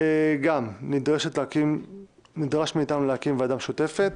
גם נדרש מאיתנו להקים ועדה משותפת